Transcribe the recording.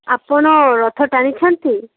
ଆପଣ ରଥ ଟାଣିଛନ୍ତି